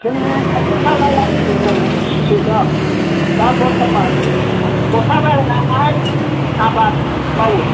जोंनि खाथि खालायाव दङ उदालगुरि डिस्ट्रिक्टाव दा बर्तमान गथा बायलायनाय हा आबाद मावो